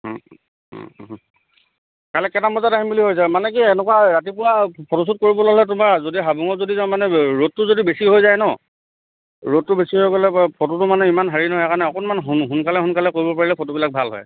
ও কাইলে কেইটামান বজাত আহিম বুলি ভাবিছা মানে কি এনেকুৱা ৰাতিপুৱা ফটোশ্বুট কৰিবলৈ হ'লে তোমাৰ যদি হাবুঙত যদি যাওঁ মানে ৰ'দটো যদি বেছি হৈ যায় ন ৰ'দটো বেছি হৈ গলে ফটোটো মানে ইমান হেৰি নহয় কাৰণে অকণমান সোনকালে সোনকালে কৰিব পাৰিলে ফটোবিলাক ভাল হয়